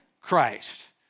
Christ